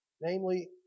namely